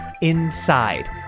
INSIDE